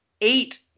eight